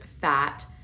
fat